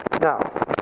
Now